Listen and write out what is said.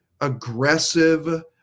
aggressive